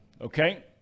Okay